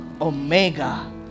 omega